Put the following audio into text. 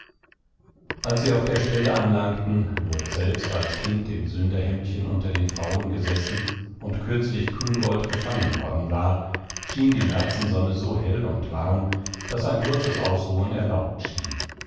als sie auf der stelle anlangten wo er selbst als kind im sünderhemdchen unter den frauen gesessen und kürzlich küngolt gefangen worden war schien die märzensonne so hell und warm daß ein kurzes ausruhen erlaubt schien